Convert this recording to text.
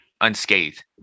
unscathed